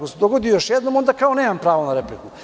Ako se to dogodi još jednom, onda kao nemam pravo na repliku.